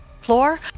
floor